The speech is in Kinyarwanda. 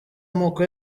amoko